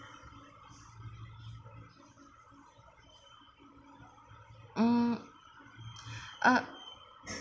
mm uh